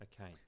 Okay